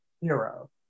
hero